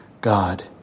God